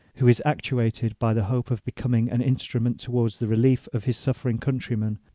who is actuated by the hope of becoming an instrument towards the relief of his suffering countrymen,